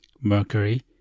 Mercury